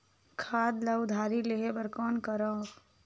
खाद ल उधारी लेहे बर कौन करव?